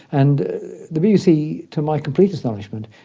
and the bbc, to my complete astonishment,